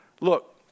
Look